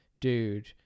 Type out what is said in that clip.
dude